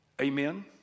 Amen